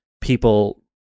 people